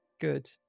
good